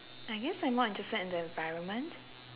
I guess I'm more interested in the environment